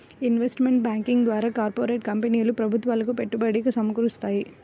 investment banking ద్వారా corporate కంపెనీలు ప్రభుత్వాలకు పెట్టుబడి సమకూరుత్తాయి